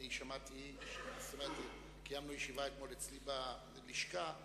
אתמול קיימנו ישיבה אצלי בלשכה,